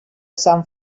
sant